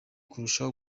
kurushaho